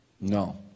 No